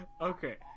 Okay